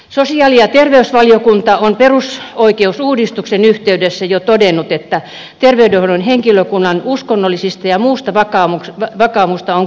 sosiaali ja terveysvaliokunta on jo perusoikeusuudistuksen yhteydessä todennut että terveydenhuollon henkilökunnan uskonnollista ja muuta vakaumusta on kunnioitettava